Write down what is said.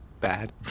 Bad